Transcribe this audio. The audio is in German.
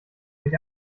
sich